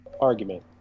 argument